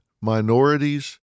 minorities